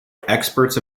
experts